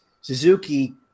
Suzuki